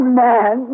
man